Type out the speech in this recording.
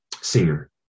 senior